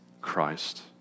Christ